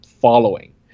following